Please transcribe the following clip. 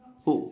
who